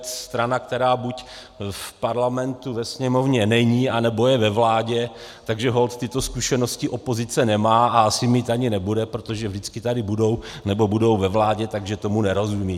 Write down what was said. Strana, která buď v parlamentu, ve Sněmovně, není, anebo je ve vládě, takže holt tyto zkušenosti opozice nemá a asi mít ani nebude, protože vždycky tady budou, nebo budou ve vládě, takže tomu nerozumí.